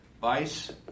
vice